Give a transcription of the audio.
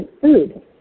food